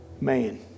Man